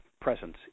presence